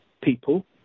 people